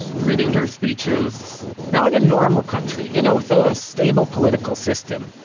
reading their speeches now, in a normal country, you know with a stable political system,